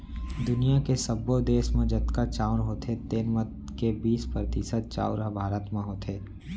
दुनियॉ के सब्बो देस म जतका चाँउर होथे तेन म के बीस परतिसत चाउर ह भारत म होथे